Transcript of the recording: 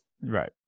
right